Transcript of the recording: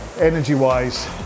energy-wise